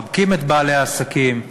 מחבקים את בעלי העסקים,